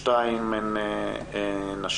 שתיים הן נשים,